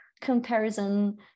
comparison